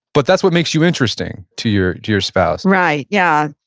but that's what makes you interesting to your to your spouse right, yeah.